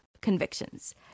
convictions